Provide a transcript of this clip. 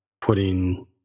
putting